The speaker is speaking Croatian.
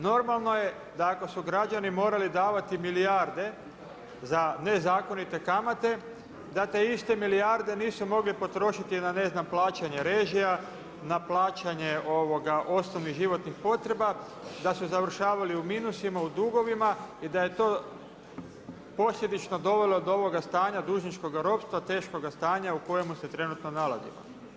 Normalno je da ako su građani morali davati milijarde za nezakonite kamate, da te iste milijarde nisu mogli potrošiti na plaćanje režija, na plaćanje osnovnih životnih potreba, da su završavali u minusima u dugovima i da je to posljedično dovelo do ovoga stanja dužničkoga ropstva, teškoga stanja u kojemu se trenutno nalazimo.